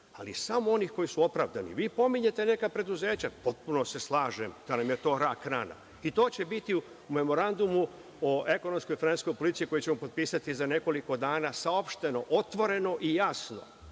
ali samo onih koji su opravdani. Vi pominjete neka preduzeća i potpuno se slažem kada vam je to rak rana i to će biti u memorandumu o ekonomsko-finansijskoj politici koji ćemo potpisati za nekoliko dana saopšteno otvoreno i jasno.